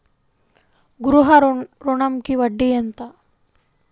గృహ ఋణంకి వడ్డీ ఎంత?